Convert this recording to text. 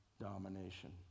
domination